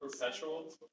Perpetual